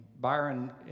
Byron